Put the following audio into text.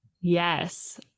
Yes